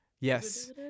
Yes